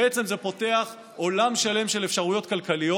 בעצם זה פותח עולם שלם של אפשרויות כלכליות,